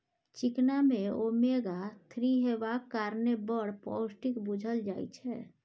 चिकना मे omega three हेबाक कारणेँ बड़ पौष्टिक बुझल जाइ छै